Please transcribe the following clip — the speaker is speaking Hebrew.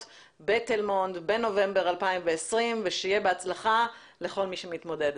בתל מונד בנובמבר 2020. שיהיה בהצלחה לכל מי שמתמודדת.